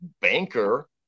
banker